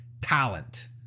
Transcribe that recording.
talent